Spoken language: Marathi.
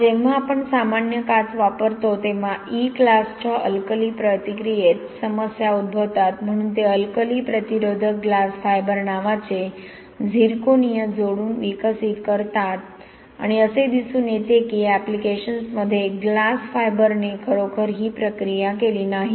आता जेव्हा आपण सामान्य काच वापरतो तेव्हा ई क्लासच्या अल्कली प्रतिक्रियेत समस्या उद्भवतात म्हणून ते अल्कली प्रतिरोधक ग्लास फायबर नावाचे झिरकोनिया जोडून विकसित करतात आणि असे दिसून येते की या ऍप्लिकेशन्समध्ये ग्लास फायबरने खरोखर ही प्रक्रिया केली नाही